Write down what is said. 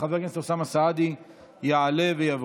חבר הכנסת אוסאמה סעדי יעלה ויבוא.